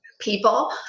people